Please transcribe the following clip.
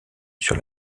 sur